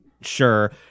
Sure